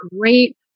great